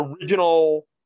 original